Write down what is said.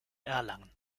erlangen